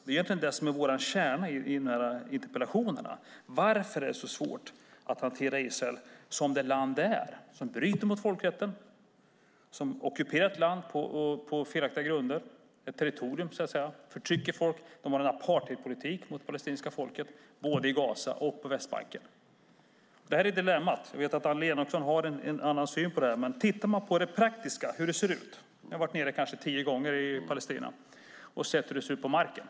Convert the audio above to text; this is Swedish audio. Det är egentligen det som är vår kärna i interpellationerna: Varför är det så svårt att hantera Israel som det land det är? Det är ett land som bryter mot folkrätten och ockuperar ett land på felaktiga grunder - ett territorium. Israel förtrycker folk och för en apartheidpolitik mot det palestinska folket både i Gaza och på Västbanken. Detta är dilemmat. Jag vet att Annelie Enochson har en annan syn på det här. Men man kan titta på det praktiska och se hur det ser ut. Jag har varit nere i Palestina kanske tio gånger och sett hur det ser ut på marken.